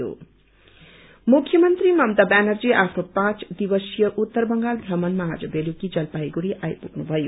CM visit मुख्यमन्त्री ममता ब्यानर्जी आफ्नो पाँच दिवसीय उत्तर बंगाल ध्रमणमा आज बेलुकी जलपाइगढ़ी आइपुग्नुषयो